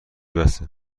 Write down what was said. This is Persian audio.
بسه